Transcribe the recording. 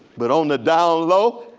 but on the down low,